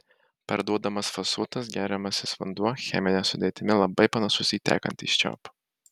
parduodamas fasuotas geriamasis vanduo chemine sudėtimi labai panašus į tekantį iš čiaupo